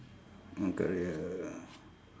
mm career